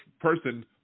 person